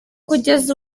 kugeza